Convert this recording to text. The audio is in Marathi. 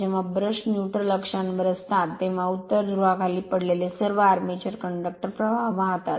जेव्हा ब्रश न्यूट्रलअक्षांवर असतात तेव्हा उत्तर ध्रुवाखाली पडलेले सर्व आर्मेचर कंडक्टर प्रवाह वाहतात